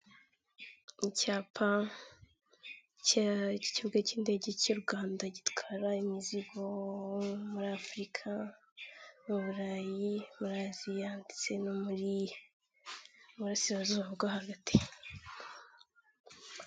Icyapa cy'ikibuga cy'indege cy'u Rwanda gitwara imizigo muri Afurika, mu Burayi, muri Aziya ndetse no mu burasirazuba bwo hagati.